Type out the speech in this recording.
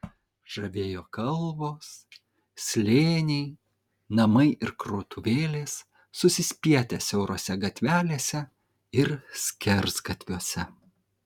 žavėjo kalvos slėniai namai ir krautuvėlės susispietę siaurose gatvelėse ir skersgatviuose